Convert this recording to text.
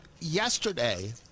yesterday